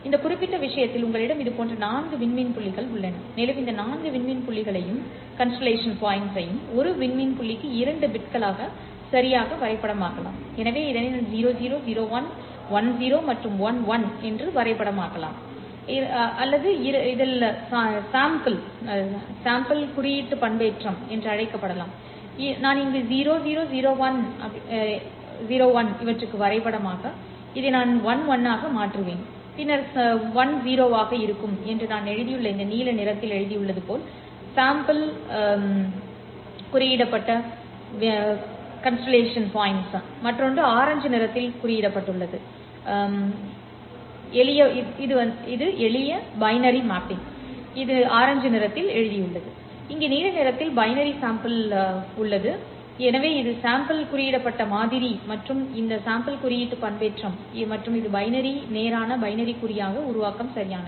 இந்த குறிப்பிட்ட விஷயத்தில் உங்களிடம் இதுபோன்ற நான்கு விண்மீன் புள்ளிகள் உள்ளன மேலும் இந்த நான்கு விண்மீன் புள்ளிகளையும் ஒரு விண்மீன் புள்ளிக்கு இரண்டு பிட்களாக சரியாக வரைபடமாக்கலாம் எனவே இதை நான் 00 01 10 மற்றும் 11 என வரைபடமாக்கலாம் அல்லது இருந்தால் சாம்பல் குறியீட்டு பண்பேற்றம் என்று அழைக்கப்பட்டதை நான் இங்கு 0 0 01 க்கு வரைபடமாக்கலாம் இதை நான் 11 ஆக மாற்றுவேன் பின்னர் செலவு 10 ஆக இருக்கும் என்று நான் எழுதியுள்ள இந்த நீல நிறத்தில் நான் எழுதியது சாம்பல் குறியிடப்பட்ட விண்மீன் மற்றொன்று ஆரஞ்சு நிறத்தில் நான் எழுதியது எளிய பைனரி மேப்பிங் இது ஆரஞ்சு நிறத்தில் நான் எழுதியது இங்கே நீல நிறத்தில் பைனரி சாம்பல் நிறமாக இருக்கிறது எனவே இது சாம்பல் குறியிடப்பட்ட மாதிரி மற்றும் இந்த சாம்பல் குறியீட்டு பண்பேற்றம் மற்றும் இது பைனரி நேரான பைனரி குறியாக்க உருவாக்கம் சரியானது